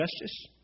justice